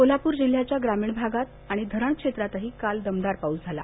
कोल्हापूर जिल्ह्याच्या ग्रामीण भागात आणि धरण क्षेत्रातही काल दमदार पाऊस झाला